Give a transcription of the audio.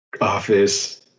Office